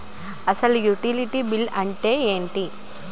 అసలు utility bill అంతే ఎంటి?